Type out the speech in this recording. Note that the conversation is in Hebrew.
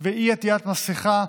אי-עטיית מסכה,